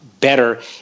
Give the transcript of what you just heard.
better